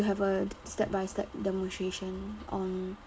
to have a step by step demonstration on